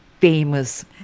famous